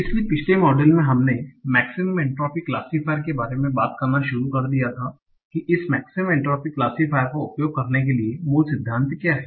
इसलिए पिछले मॉड्यूल में हमने मेक्सिमम एन्ट्रापी क्लासिफायर के बारे में बात करना शुरू कर दिया था कि इस मेक्सिमम एन्ट्रापी क्लासिफायर का उपयोग करने के लिए मूल सिद्धांत क्या है